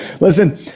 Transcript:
Listen